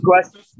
question